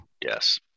Yes